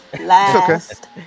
last